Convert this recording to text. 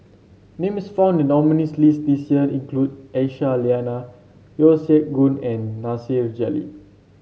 names found in the nominees' list this year include Aisyah Lyana Yeo Siak Goon and Nasir Jalil